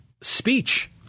speech